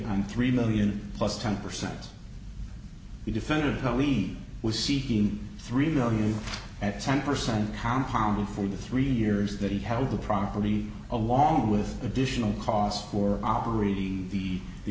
on three million plus ten percent we defended how we was seeking three million at ten percent compound for the three years that he held the property along with additional costs for operate the the